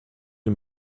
you